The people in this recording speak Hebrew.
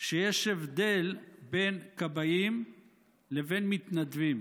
שיש הבדל בין כבאים לבין מתנדבים.